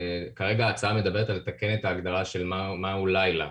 כרגע ההצעה מדברת על לתקן את ההגדרה של מהו לילה.